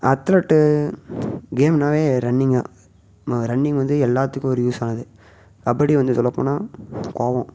athlete கேம்னாவே running தான் ம ரன்னிங் வந்து எல்லாத்துக்கும் ஒரு யூஸானது கபடி வந்து சொல்ல போனால் கோபம்